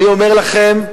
אני אומר לכם: